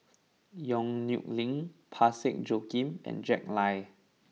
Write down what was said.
Yong Nyuk Lin Parsick Joaquim and Jack Lai